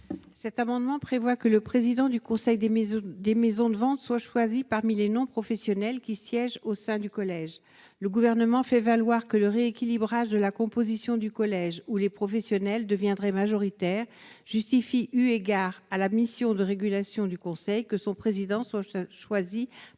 Cet amendement prévoit que le président du Conseil des maisons, des maisons de vente soit choisi parmi les non-professionnels qui siègent au sein du collège, le gouvernement fait valoir que le rééquilibrage de la composition du collège où les professionnels deviendraient majoritaires justifie, eu égard à la mission de régulation du Conseil que son président soit je cette